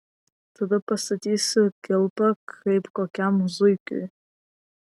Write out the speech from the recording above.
tada pastatysiu kilpą kaip kokiam zuikiui